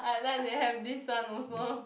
ah then they have this one also